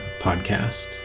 Podcast